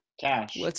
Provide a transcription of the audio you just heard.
Cash